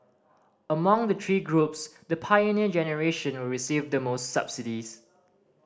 among the three groups the Pioneer Generation will receive the most subsidies